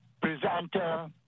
presenter